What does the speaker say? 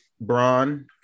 Braun